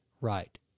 right